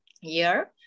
year